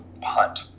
punt